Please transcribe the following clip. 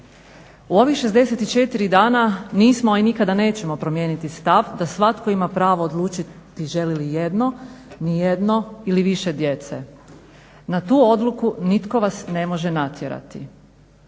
U ovih 64 dana nismo, a i nikada nećemo promijeniti stav, da svatko ima pravo odlučiti želi li jedno, nijedno ili više djece. Na tu odluku nitko vas ne može natjerati.